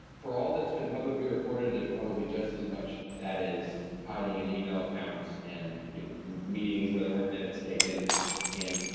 for all that's been publicly reported, there's probably just as much that is hiding in email accounts and you know meetings where there weren't minutes taken and,